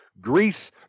Greece